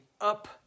up